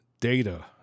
data